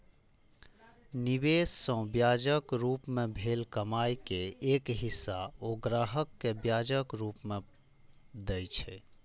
निवेश सं ब्याजक रूप मे भेल कमाइ के एक हिस्सा ओ ग्राहक कें ब्याजक रूप मे दए छै